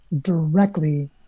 directly